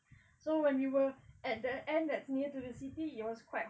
so when we were at the end that's near to the city it was quite hot